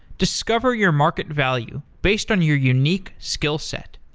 discover your market value based on your unique skillset.